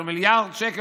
מיליארד שקל,